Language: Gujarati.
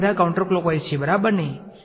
જેથી બધા કાઉન્ટરક્લોકવાઇઝ છે બરાબરને